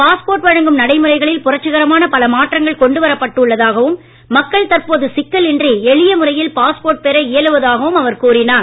passport வழங்கும் நடைமுறைகளில் புரட்சிகரமான பல மாற்றங்கள் கொண்டு வரப்பட்டு உள்ளதாகவும் மக்கள் தற்போது சிக்கல் இன்றி எளிய முறையில் பாஸ்போர்ட் பெற இயலுவதாகவும் அவர் கூறினார்